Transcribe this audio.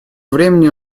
времени